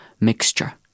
mixture